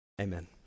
amen